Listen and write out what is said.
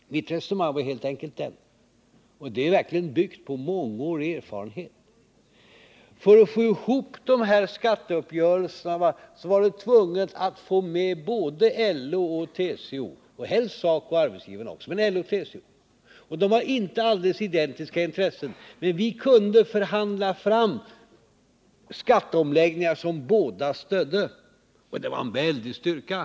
Mitt resonemang —och det är verkligen byggt på mångårig erfarenhet — var helt enkelt att det för att få ihop de här skatteuppgörelserna var nödvändigt att få med både LO och TCO -— och helst SACO och arbetsgivarna också. LO och TCO har inte alldeles identiska intressen, men vi kunde förhandla fram skatteomläggningar som båda organisationerna stödde. Det var en väldig styrka.